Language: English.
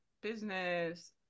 business